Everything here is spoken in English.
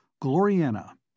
Gloriana